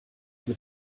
mit